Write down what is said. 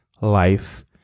life